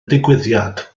digwyddiad